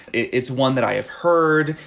it's one that i have heard.